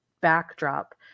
backdrop